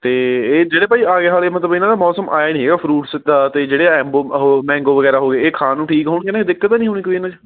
ਅਤੇ ਇਹ ਜਿਹੜੇ ਭਾਅ ਜੀ ਆਗੇ ਆਲੇ ਮਤਲਵ ਇਹਨਾਂ ਦਾ ਮੌਸਮ ਆਇਆ ਨਹੀਂ ਹੈਗਾ ਫਰੂਟਸ ਦਾ ਅਤੇ ਜਿਹੜੇ ਐਂਬੋ ਉਹ ਮੈਗੋ ਵਗੈਰਾ ਹੋ ਗਏ ਇਹ ਖਾਣ ਨੂੰ ਠੀਕ ਹੋਣਗੇ ਨਾ ਇਹ ਕੋਈ ਦਿੱਕਤ ਤਾਂ ਨਹੀਂ ਹੋਣੀ ਇਹਨਾਂ 'ਚ